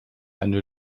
eine